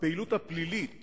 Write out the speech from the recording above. הפעילות הפלילית